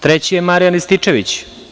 Treći je Marijan Rističević.